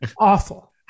Awful